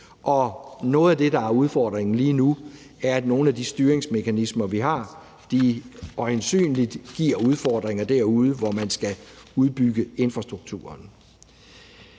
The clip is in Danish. Noget af det, der er udfordringen lige nu, er, at nogle af de styringsmekanismer, vi har, øjensynligt giver udfordringer derude, hvor man skal udbygge infrastrukturen.